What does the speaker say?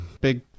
big